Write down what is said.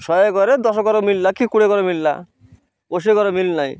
ଶହେ ଘରେ ଦଶ ଘର ମିଳିଲା କି କୋଡ଼ିଏ ଘର ମିଳିଲା ରୋଷେଇ ଘର ମିଳିନାହିଁ